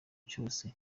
cyose